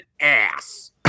ass